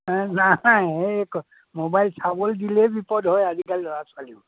এ নাই এই মোবাইল চাবলৈ দিলেই বিপদ হয় আজিকালি ল'ৰা ছোৱালীও